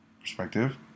perspective